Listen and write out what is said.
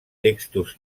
textos